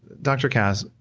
dr. kass,